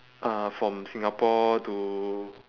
uh from singapore to